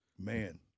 Man